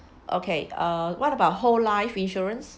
okay uh what about whole life insurance